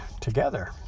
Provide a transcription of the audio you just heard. together